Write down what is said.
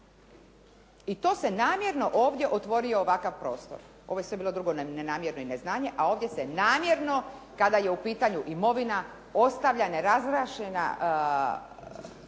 I to se namjerno ovdje otvorio ovakav prostor, ovo je sve drugo bilo nenamjerno i neznanje, a ovdje se namjerno kada je u pitanju imovina ostaje nerazjašnjenja